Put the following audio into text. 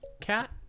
Cat